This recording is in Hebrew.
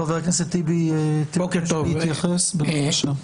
חבר הכנסת טיבי, בבקשה.